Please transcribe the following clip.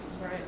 Right